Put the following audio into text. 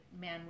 man